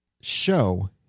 show